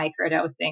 microdosing